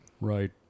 Right